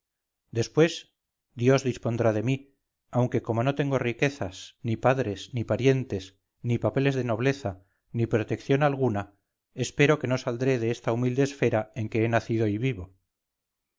después dios dispondrá de mí aunque como no tengo riquezas ni padres ni parientes ni papeles de nobleza ni protección alguna espero que no saldré de esta humilde esfera en que he nacido y vivo